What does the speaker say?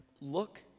look